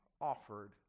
offered